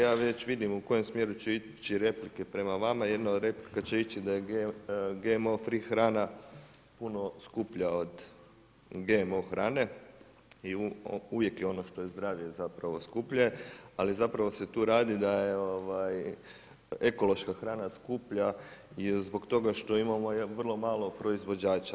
Ja već vidimo u kojem smjeru će ići replike prema vama, jedna od replika će ići da je GMO free hrana puno skuplja od GMO hrane i uvijek je ono što je zdravlje zapravo skuplje, ali zapravo se tu radi, da je ekološka hrana skuplja i zbog toga što imamo vrlo malo proizvođača.